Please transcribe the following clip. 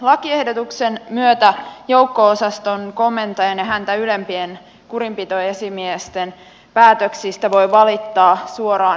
lakiehdotuksen myötä joukko osaston komentajan ja häntä ylempien kurinpitoesimiesten päätöksistä voi valittaa suoraan tuomioistuimeen